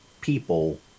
people